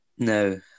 No